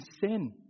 sin